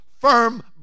firm